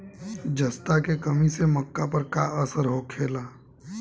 जस्ता के कमी से मक्का पर का असर होखेला?